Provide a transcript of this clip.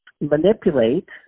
manipulate